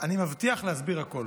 אני מבטיח להסביר הכול.